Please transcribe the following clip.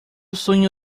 sonho